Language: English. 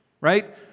right